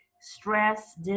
stress